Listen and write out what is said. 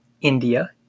India